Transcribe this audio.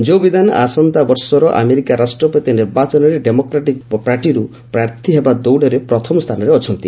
ଜୋ Biden ଆସନ୍ତା ବର୍ଷର America ରାଷ୍ଟ୍ରପତି ନିର୍ବାଚନରେ ଡେମୋକ୍ରେଟିକ୍ ପାର୍ଟିରୁ ପ୍ରାର୍ଥୀ ହେବା ଦୌଡ଼ରେ ପ୍ରଥମ ସ୍ଥାନରେ ଅଛନ୍ତି